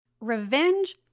Revenge